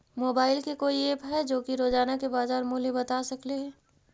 Mobile के कोइ app है जो कि रोजाना के बाजार मुलय बता सकले हे?